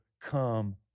come